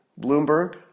Bloomberg